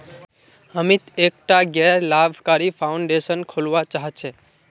अमित एकटा गैर लाभकारी फाउंडेशन खोलवा चाह छ